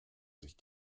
sich